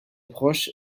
approche